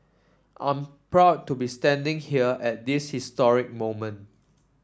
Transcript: I'm proud to be standing here at this history moment